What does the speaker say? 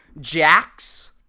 Jax